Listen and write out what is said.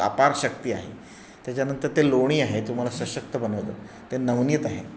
अपार शक्ती आहे त्याच्यानंतर ते लोणी आहे तुम्हाला सशक्त बनवतं ते नवनीत आहे